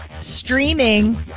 streaming